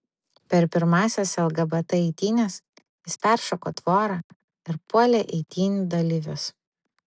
per pirmąsias lgbt eitynes jis peršoko tvorą ir puolė eitynių dalyvius